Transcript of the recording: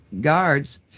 guards